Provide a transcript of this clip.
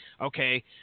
Okay